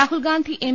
Rahul Gandhi M